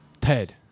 ted